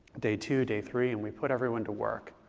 day two, day three and we put everyone to work.